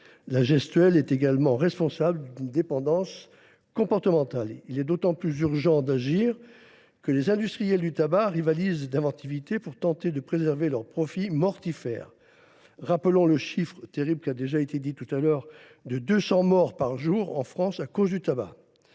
La gestuelle est également responsable d’une dépendance comportementale. » Il est d’autant plus urgent d’agir que les industriels du tabac rivalisent d’inventivité pour tenter de préserver leurs profits mortifères. J’insiste sur le terrible chiffre de 200 morts par jour en France à cause du tabac